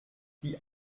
die